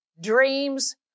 dreams